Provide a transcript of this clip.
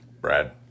Brad